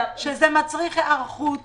זה אומר שזה מצריך היערכות.